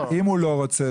אם הוא לא רוצה,